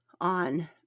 on